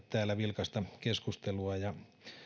täällä vilkasta keskustelua ja